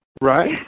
Right